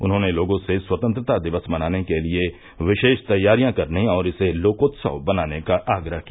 उन्होंने लोगों से स्वतंत्रता दिवस मनाने के लिए विशेष तैयारियां करने और इसे लोकोत्सव बनाने का आग्रह किया